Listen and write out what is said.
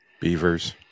Beavers